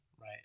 Right